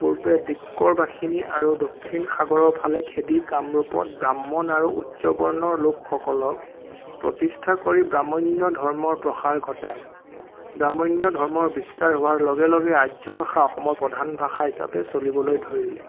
পূৰ্বে দিক্কৰ বাসিনী আৰু দক্ষিণ সাগৰৰ ফালে খেদি কামৰূপত ব্ৰাহ্মণ আৰু উচ্চ বৰ্ণৰ লোকসকলক প্ৰতিষ্ঠা কৰি ব্ৰাহ্মণ্য ধৰ্মৰ প্ৰসাৰ ঘটাই ব্ৰাহ্মণ্য ধৰ্মৰ বিস্তাৰ হোৱাৰ লগে লগে আৰ্য ভাষা অসমৰ প্ৰধান ভাষা হিচাপে চলিবলৈ ধৰিলে